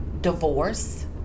Divorce